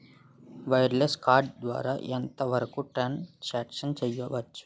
Wireless card ద్వారా ఎంత వరకు ట్రాన్ సాంక్షన్ చేయవచ్చు?